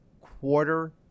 quarter